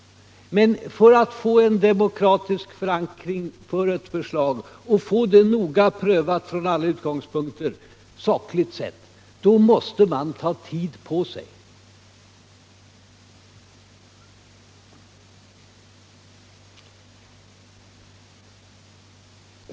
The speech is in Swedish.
Men för att få en demokratisk förankring för ett förslag och få det noga prövat från alla utgångspunkter, sakligt sett, måste man ta tid på sig.